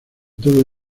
todo